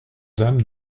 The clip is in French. dame